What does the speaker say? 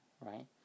right